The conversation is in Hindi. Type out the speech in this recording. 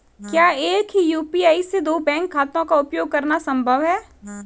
क्या एक ही यू.पी.आई से दो बैंक खातों का उपयोग करना संभव है?